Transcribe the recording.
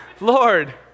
Lord